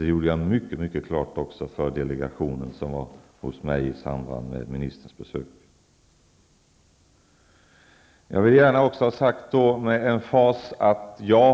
Jag gjorde också detta mycket klart för den delegation som var hos mig i samband med ministerns besök. Jag vill också gärna med emfas säga att jag